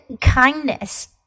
kindness